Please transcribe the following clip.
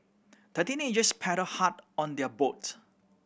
the teenagers paddle hard on their boat